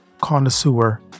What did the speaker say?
connoisseur